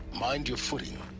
mind your footing